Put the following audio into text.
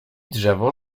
drzewo